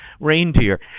reindeer